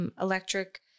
electric